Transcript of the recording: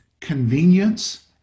convenience